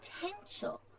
potential